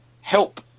help